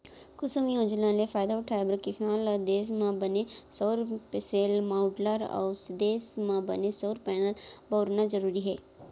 कुसुम योजना ले फायदा उठाए बर किसान ल देस म बने सउर सेल, माँडलर अउ देस म बने सउर पैनल बउरना जरूरी हे